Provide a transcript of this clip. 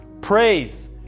praise